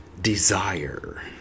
Desire